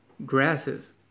Grasses